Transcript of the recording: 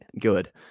good